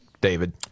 David